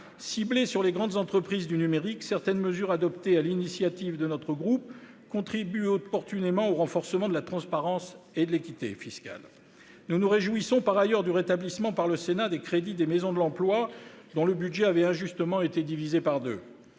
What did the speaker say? Ciblées sur les grandes entreprises du numérique, certaines mesures adoptées sur l'initiative du groupe Union Centriste contribuent opportunément au renforcement de la transparence et de l'équité fiscale. Nous nous réjouissons par ailleurs du rétablissement par le Sénat des crédits des maisons de l'emploi, dont le budget avait injustement été divisé par deux.